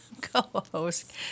co-host